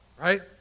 right